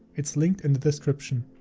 it's linked in the description.